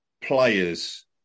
players